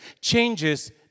changes